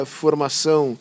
formação